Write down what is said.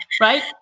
right